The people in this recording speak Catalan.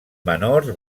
menors